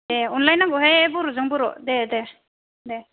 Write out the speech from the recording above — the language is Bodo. दे अनलाय नांगौहाय बर'जों बर' दे दे दे